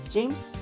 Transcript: James